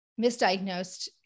misdiagnosed